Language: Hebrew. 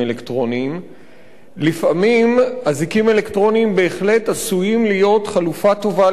לפעמים אזיקים אלקטרוניים בהחלט עשויים להיות חלופה טובה למעצר ולמאסר,